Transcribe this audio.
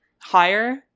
Higher